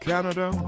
Canada